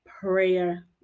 prayer